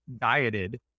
dieted